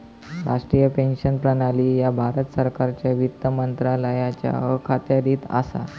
राष्ट्रीय पेन्शन प्रणाली ह्या भारत सरकारच्या वित्त मंत्रालयाच्या अखत्यारीत असा